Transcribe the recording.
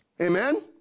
Amen